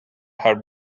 her